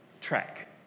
track